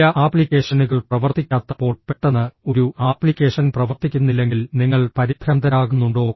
ചില ആപ്ലിക്കേഷനുകൾ പ്രവർത്തിക്കാത്തപ്പോൾ പെട്ടെന്ന് ഒരു ആപ്ലിക്കേഷൻ പ്രവർത്തിക്കുന്നില്ലെങ്കിൽ നിങ്ങൾ പരിഭ്രാന്തരാകുന്നുണ്ടോ